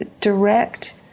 direct